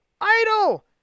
Idle